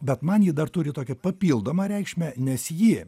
bet man ji dar turi tokią papildomą reikšmę nes ji